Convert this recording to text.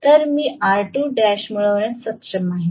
तर मी मिळविण्यास सक्षम असावे